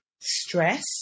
stress